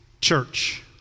church